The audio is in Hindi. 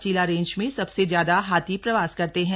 चिला रेंज में सबसे ज्यादा हाथी प्रवास करते हैं